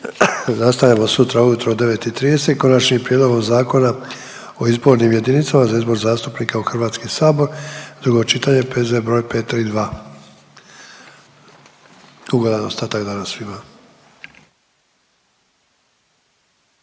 Nastavljamo sutra u jutro u 9,30 Konačnim prijedlogom zakona o izbornim jedinicama za izbor zastupnika u Hrvatski sabor, drugo čitanje, P.Z. br. 532. Ugodan ostatak dana svima!